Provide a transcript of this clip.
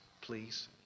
please